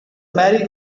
merry